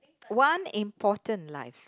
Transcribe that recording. one important life